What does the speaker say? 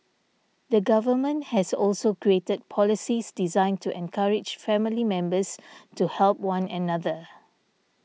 the government has also created policies designed to encourage family members to help one another